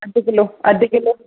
अधु किलो अधु किलो